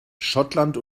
schottland